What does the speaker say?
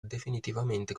definitivamente